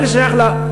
ברגע שהוא שייך לה,